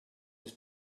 was